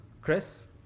Chris